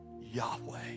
Yahweh